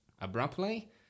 abruptly